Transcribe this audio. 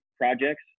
projects